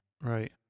Right